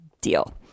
deal